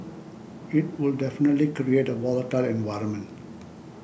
it would definitely create a volatile environment